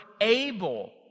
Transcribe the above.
able